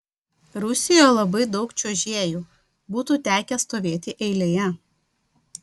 rusijoje labai daug čiuožėjų būtų tekę stovėti eilėje